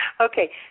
Okay